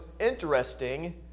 interesting